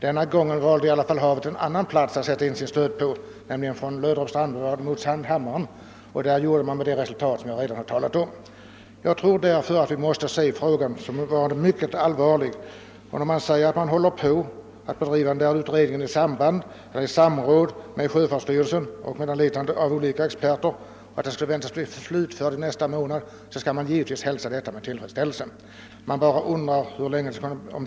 Denna gång valde havet dock att sätta in sin stöt på en annan plats, nämligen från Löderups strandbad mot Sandhammaren, med det resultat som jag redan har talat om. Denna fråga måste betraktas som mycket allvarlig. I svaret sägs att utredningen bedrives i samråd med sjöfartsstyrelsen och med anlitande av olika experter och att utredningen väntas bli slutförd inom den närmaste månaden. Detta hälsar jag med tillfredsställelse. Jag undrar bara om denna beräkning håller.